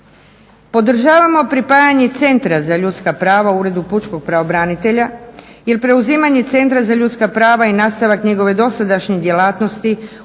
Podržavamo pripajanje Centra za ljudska prava u Uredu pučkog pravobranitelja, jer preuzimanje Centra za ljudska prava i nastavak njegove dosadašnje djelatnosti